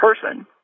person